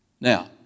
Now